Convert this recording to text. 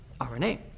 RNA